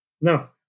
No